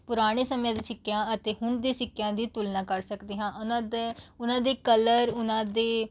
ਪੁਰਾਣੇ ਸਮਿਆਂ ਦੇ ਸਿੱਕਿਆਂ ਅਤੇ ਹੁਣ ਦੇ ਸਿੱਕਿਆਂ ਦੀ ਤੁਲਨਾ ਕਰ ਸਕਦੇ ਹਾਂ ਉਹਨਾਂ ਦੇ ਉਹਨਾਂ ਦੇ ਕਲਰ ਉਹਨਾਂ ਦੇ